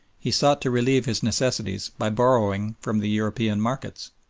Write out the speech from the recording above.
he sought to relieve his necessities by borrowing from the european markets.